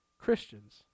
Christians